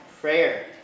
prayer